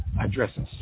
addresses